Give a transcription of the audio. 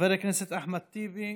חבר הכנסת אחמד טיבי,